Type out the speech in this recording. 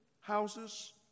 houses